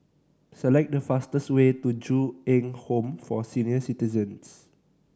select the fastest way to Ju Eng Home for Senior Citizens